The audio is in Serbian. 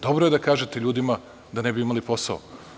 Dobro je da kažete ljudima da ne bi imali posao.